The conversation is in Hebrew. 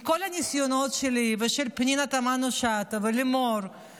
עם כל הניסיונות שלי ושל פנינה תמנו שטה ולימור,